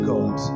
God